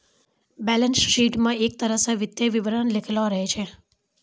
balance sheet म एक तरह स वित्तीय विवरण लिखलो रहै छै